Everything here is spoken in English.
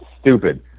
stupid